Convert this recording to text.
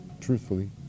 truthfully